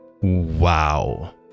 wow